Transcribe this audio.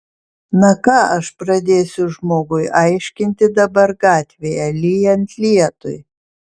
na ką aš pradėsiu žmogui aiškinti dabar gatvėje lyjant lietui